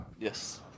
Yes